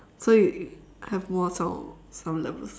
so you have more sound sound levels